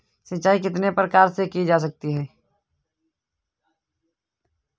सिंचाई कितने प्रकार से की जा सकती है?